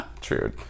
True